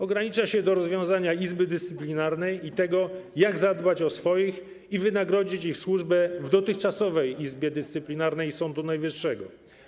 Ogranicza się do rozwiązania Izby Dyscyplinarnej i tego, jak zadbać o swoich i wynagrodzić ich służbę w dotychczasowej Izbie Dyscyplinarnej Sądu Najwyższego.